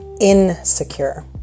insecure